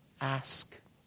ask